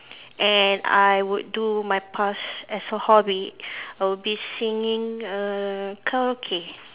and I would do my past as a hobby I'll be singing err karaoke